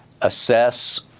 assess